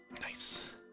Nice